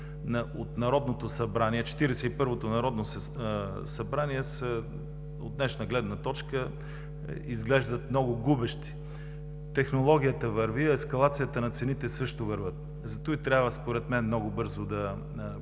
мораториум от 41-то Народно събрание, от днешна гледна точка изглеждат много губещи. Технологията върви, а ескалацията на цените също върви, затова трябва според мен много бързо да бъдат